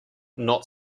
not